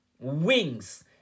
wings